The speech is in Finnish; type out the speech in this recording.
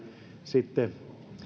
sitten